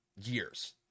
years